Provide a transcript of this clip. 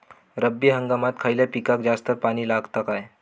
रब्बी हंगामात खयल्या पिकाक जास्त पाणी लागता काय?